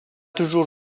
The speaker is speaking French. toujours